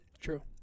true